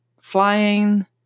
flying